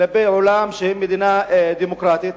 כלפי העולם שהם מדינה דמוקרטית,